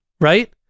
Right